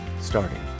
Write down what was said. starting